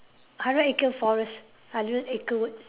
hundred acre forest hundred acre wood